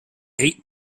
eight